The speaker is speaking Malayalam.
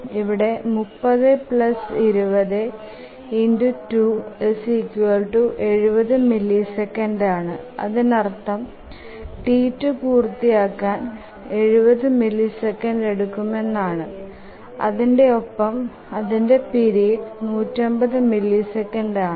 ഇവിടെ 3020270 മില്ലിസെക്കൻഡ്സ് ആണ് അതിനർത്ഥം T2 പൂർത്തിയാകാൻ 70മില്ലിസെക്കൻഡ്സ് എടുക്കുമെന്നാണ് അതിന്ടെ ഒപ്പം അതിന്ടെ പീരീഡ് 150 മില്ലിസെക്കൻഡ്സ് ആണ്